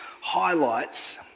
highlights